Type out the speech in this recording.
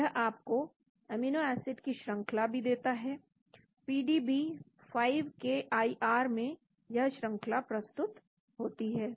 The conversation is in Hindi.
यह आपको अमीनो एसिड की श्रंखला भी देता है पीडीबी 5केआईआर में यह श्रंखला प्रस्तुत होती है